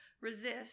resist